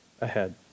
ahead